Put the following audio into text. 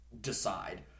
decide